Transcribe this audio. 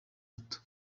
hato